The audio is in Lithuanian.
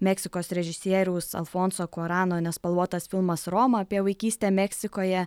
meksikos režisieriaus alfonso kuorano nespalvotas filmas roma apie vaikystę meksikoje